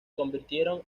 convirtieron